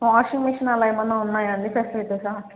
washing machine అలా ఏమైన్నా ఉన్నాయండి ఫెసిలిటీస్